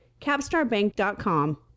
CapstarBank.com